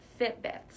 Fitbits